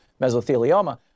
mesothelioma